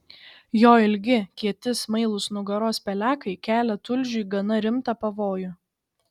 jo ilgi kieti smailūs nugaros pelekai kelia tulžiui gana rimtą pavojų